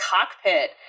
cockpit